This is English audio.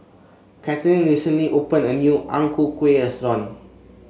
Kathlene recently opened a new Ang Ku Kueh restaurant